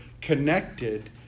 connected